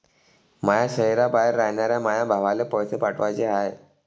माया शैहराबाहेर रायनाऱ्या माया भावाला पैसे पाठवाचे हाय